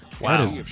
Wow